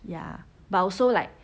ya but also like